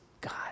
God